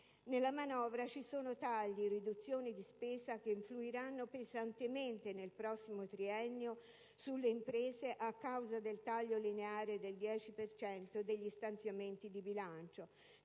Nella manovra ci sono tagli, riduzioni di spesa che influiranno pesantemente nel prossimo triennio sulle imprese a causa del taglio lineare del 10 per cento degli stanziamenti di bilancio,